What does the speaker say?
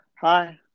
Hi